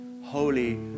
Holy